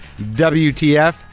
WTF